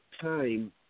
time